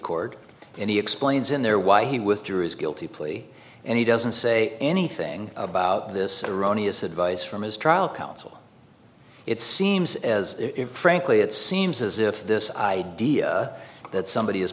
court and he explains in there why he with jury is guilty plea and he doesn't say anything about this erroneous advice from his trial counsel it seems as if frankly it seems as if this idea that somebody has